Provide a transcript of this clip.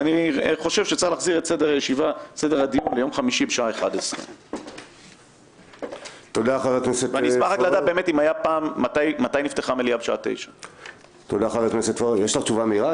אני חושב שצריך להחזיר את סדר הדיון ליום חמישי בשעה 11:00. אני אשמח לדעת מתי נפתחה מליאה בשעה 9:00. יש לך תשובה מהירה?